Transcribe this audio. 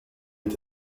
est